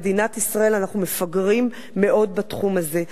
במדינת ישראל אנחנו מפגרים מאוד בתחום הזה.